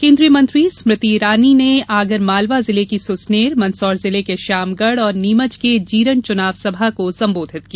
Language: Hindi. केन्द्रीय मंत्री स्मृति ईरानी नें आगर मालवा जिले की सुसनेर मंदसौर जिले के श्यामगढ और नीमच के जीरण चुनाव सभा को संबोधित किया